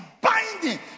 binding